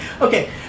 Okay